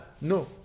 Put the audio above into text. No